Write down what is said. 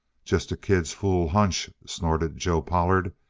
just a kid's fool hunch! snorted joe pollard.